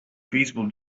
feasible